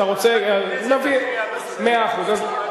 אתה רוצה, ועדת הכנסת תכריע, מאה אחוז.